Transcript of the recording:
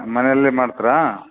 ಮನೆಯಲ್ಲೇ ಮಾಡ್ತೀರಾ